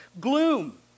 Gloom